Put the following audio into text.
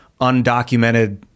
undocumented